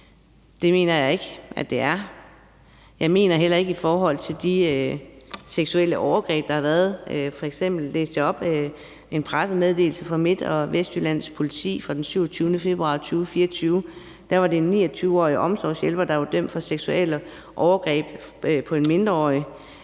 Det mener jeg ikke det er, og det mener jeg heller ikke i forhold til de seksuelle overgreb, der har været. F.eks. læste jeg op af en pressemeddelelse fra Midt- og Vestjyllands Politi fra den 27. februar 2024. Der var det en 29-årig omsorgshjælper, der var dømt for seksuelle overgreb på en mindreårig,